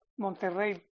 Monterrey